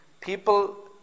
people